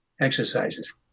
exercises